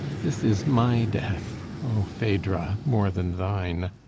this is my death, o phaedra, more than thine.